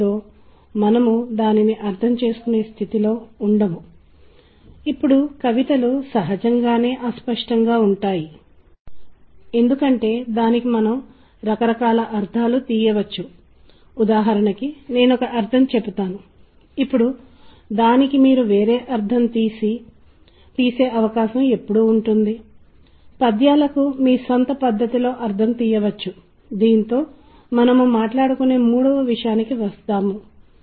ఒకే సమయంలో వాయించిన స్థాయిలను చాలా తరచుగా స్వర జతులు అని పిలుస్తారు మీకు జతులు ఉన్నాయి ప్రధాన శ్రుతులు చిన్న శ్రుతులు మీరు గిటార్ వాయించినప్పుడు మరియు ఇవి ఏకకాలంలో అనేక తంత్రులు కలిసి వాయించినప్పుడు లేదా అనేక స్వరాలను కలిసి ఒక తీగను ఏర్పరుచుకున్నప్పుడు లేదా తీగను కలిగి ఉన్న స్వరాల క్రమం వాయించబడినప్పుడు ఇవి శ్రావ్యతను సృష్టిస్తాయి ఆ నిర్దిష్ట క్రమంలో అవి సామరస్య భావాన్ని కూడా కలిగిస్తాయి